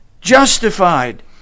justified